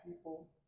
people